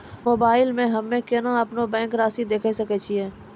Mobile मे हम्मय केना अपनो बैंक रासि देखय सकय छियै?